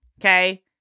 okay